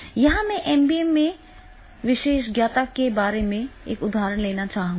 यहां मैं एमबीए में विशेषज्ञता के मामले में एक उदाहरण लेना चाहूंगा